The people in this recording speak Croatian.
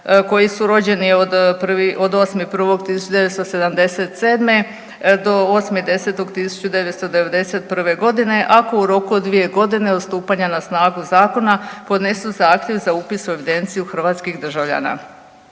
koji su rođeni od 8.1.1977. do 8.10.1991. godine ako u roku od 2 godine od stupanja na snagu zakona podnesu zahtjev za upis u evidenciju hrvatskih državljana.